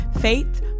Faith